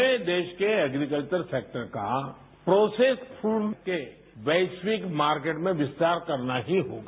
हमें देशके agriculture sector का प्रोसेस फूड के वैरियक मार्किट में विस्तार करना हीहोगा